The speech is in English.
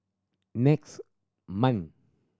next month